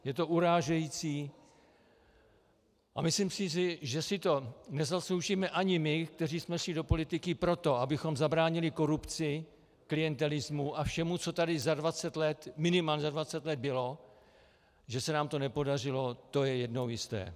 Je to urážející a myslím si, že si to nezasloužíme ani my, kteří jsme šli do politiky pro to, abychom zabránili korupci, klientelismu a všemu, co tady minimálně za dvacet let bylo, a že se nám to nepodařilo, je jednou jisté.